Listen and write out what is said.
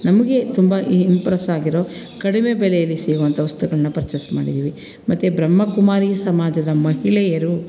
ನಮಗೆ ತುಂಬ ಈ ಇಂಪ್ರಸ್ ಆಗಿರೋ ಕಡಿಮೆ ಬೆಲೆಯಲ್ಲಿ ಸಿಗುವಂಥ ವಸ್ತುಗಳನ್ನ ಪರ್ಚೇಸ್ ಮಾಡಿದ್ದೀವಿ ಮತ್ತು ಬ್ರಹ್ಮಕುಮಾರಿ ಸಮಾಜದ ಮಹಿಳೆಯರು